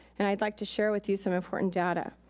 and i'd like to share with you some important data.